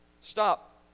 Stop